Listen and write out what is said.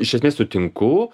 iš esmės sutinku